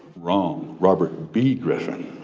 wrong, robert b. griffin